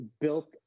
built